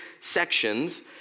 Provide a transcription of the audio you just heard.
sections